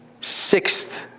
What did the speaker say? Sixth